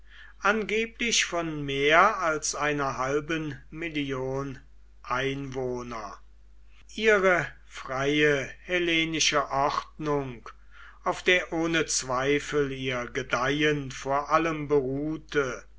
angeblich von mehr als einer halben million einwohner ihre freie hellenische ordnung auf der ohne zweifel ihr gedeihen vor allem beruhte